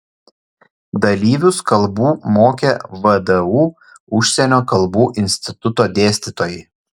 dalyvius kalbų mokė vdu užsienio kalbų instituto dėstytojai